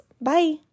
Bye